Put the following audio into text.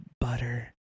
butter